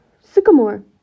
Sycamore